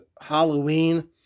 Halloween